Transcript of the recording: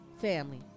family